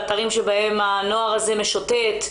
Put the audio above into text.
והאתרים שבהם הנוער הזה משוטט,